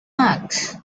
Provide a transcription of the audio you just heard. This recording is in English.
marks